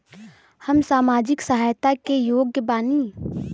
हम सामाजिक सहायता के योग्य बानी?